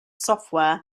software